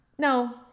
No